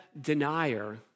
denier